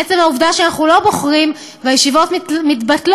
עצם העובדה שאנחנו לא בוחרים והישיבות מתבטלות,